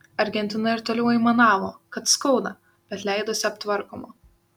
argentina ir toliau aimanavo kad skauda bet leidosi aptvarkoma